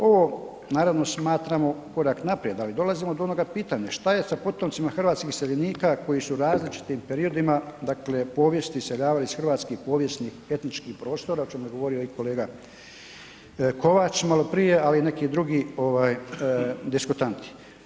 Ovo naravno smatramo korak naprijed, ali dolazimo do onoga pitanja šta je sa potomcima hrvatskih iseljenika koji su u različitim periodima dakle povijesti, iseljavali iz hrvatskih povijesnih etničkih prostora o čemu je govorio i kolega Kovač malo prije, ali i neki drugi ovaj diskutanti.